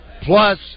plus